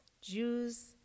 Jews